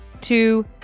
Two